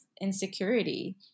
insecurity